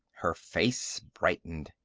her face brightened.